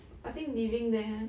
I think living there